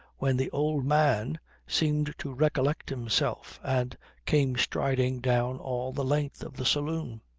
when the old man seemed to recollect himself, and came striding down all the length of the saloon.